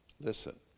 listen